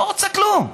לא רוצה כלום.